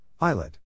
Islet